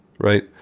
right